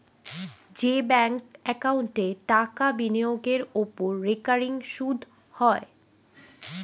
যে ব্যাঙ্ক একাউন্টে টাকা বিনিয়োগের ওপর রেকারিং সুদ হয়